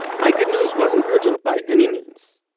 my good news wasn't urgent by any means,